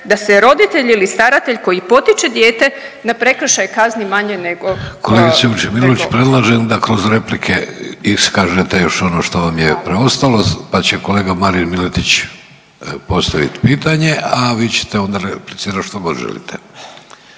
da se roditelj ili staratelj koji potiče dijete na prekršaj kazni manje nego … **Vidović, Davorko (Socijaldemokrati)** Kolegice Vučemilović, predlažem da kroz replike iskažete još ono što vam je preostalo pa će kolega Marin Miletić postavit pitanje, a vi ćete onda replicirati što god želite.